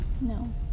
No